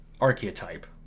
archetype